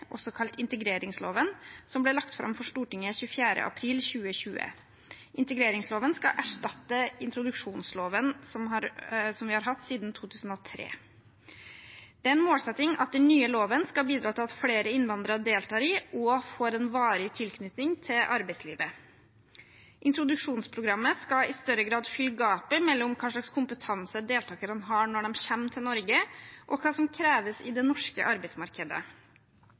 integreringsloven, som ble lagt fram for Stortinget den 24. april 2020. Integreringsloven skal erstatte introduksjonsloven, som vi har hatt siden 2003. Det er en målsetting at den nye loven skal bidra til at flere innvandrere deltar i og får en varig tilknytning til arbeidslivet. Introduksjonsprogrammet skal i større grad fylle gapet mellom hva slags kompetanse deltakerne har når de kommer til Norge, og hva som kreves i det norske arbeidsmarkedet.